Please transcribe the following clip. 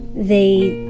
they